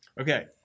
Okay